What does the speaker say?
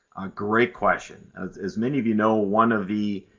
a great question. as as many of you know, one of the